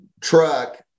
truck